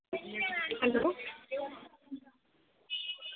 hello